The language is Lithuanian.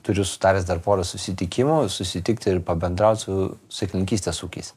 turiu sutaręs dar porą susitikimų susitikt ir pabendraut su sėklininkystės ūkiais